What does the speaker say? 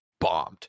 bombed